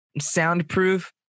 soundproof